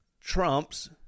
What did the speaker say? trumps